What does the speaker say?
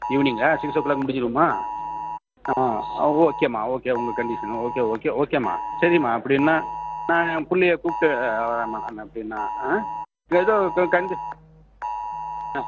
ஈவினிங்காக six o'clock முடிஞ்சிருமா ஆ ஓகேமா ஓகே உங்கள் கண்டிஷன் ஓகே ஓகே ஓகேமா சரிமா அப்படியின்னா நான் பிள்ளைய கூப்பிட்டு வரம்மா ஆ எதோ அ